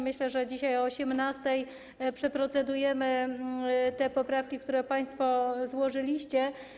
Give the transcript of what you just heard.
Myślę, że dzisiaj o godz. 18 przeprocedujemy te poprawki, które państwo złożyliście.